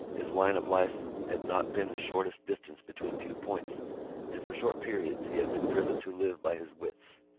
his line of life had not been the shortest distance between two points and for short periods he had been driven to live by his wits.